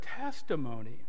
testimony